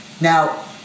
Now